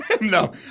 No